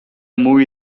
movie